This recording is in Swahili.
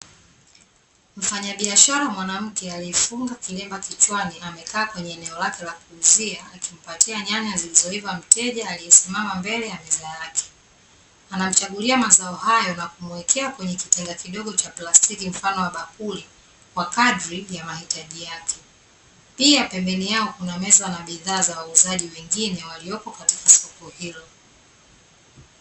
Mfanyabiashara mwanamke aliyefunga kilemba kichwani, amekaa kwenye eneo lake la kuuzia, akimpatia nyanya zilizoiva mteja aliyesimama mbele ya meza yake. Anamchagulia mazao hayo na kumuwekea kwenye kitenga kidogo cha plastiki mfano wa bakuli, kwa kadri ya mahitaji yake. Pia pembeni yao kuna meza, na bidhaa za wauzaji wengine waliopo katika soko hilo.